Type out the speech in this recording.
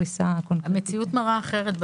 המציאות מראה אחרת.